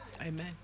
Amen